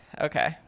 Okay